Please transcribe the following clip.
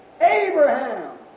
Abraham